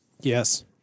Yes